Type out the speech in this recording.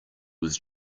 was